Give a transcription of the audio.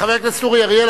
חבר הכנסת אורי אריאל,